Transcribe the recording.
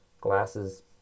glasses